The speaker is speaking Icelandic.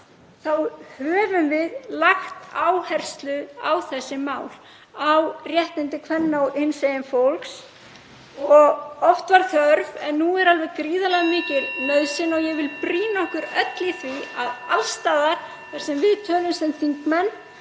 höfum við lagt áherslu á þessi mál; á réttindi kvenna og hinsegin fólks. Oft var þörf en nú er alveg gríðarlega mikil nauðsyn. Ég vil brýna okkur öll í því að alls staðar þar sem við tölum sem þingmenn